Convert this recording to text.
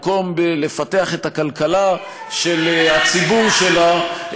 במקום בלפתח את הכלכלה של הציבור שלה,